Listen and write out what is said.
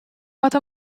wat